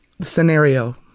scenario